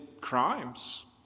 crimes